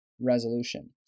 resolution